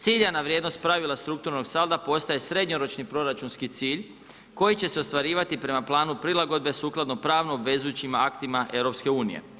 Ciljana vrijednost pravila strukturnog salda postaje srednjoročni proračunski cilj koji će se ostvarivati prema planu prilagodbe sukladno pravno obvezujućim aktima EU.